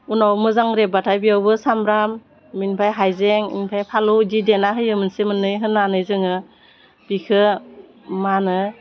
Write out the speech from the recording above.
उनाव मोजां रेब्बाथाय बियावबो सामब्राम बिनिफ्राय हाइजें ओमफाय फालौ बिदि देना होयो मोनसे मोननै होनानै जोङो बिखौ मा होनो